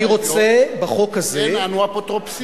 אין אנו אפוטרופוסים.